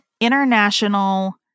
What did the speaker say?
international